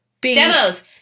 Demos